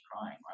crying